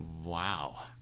Wow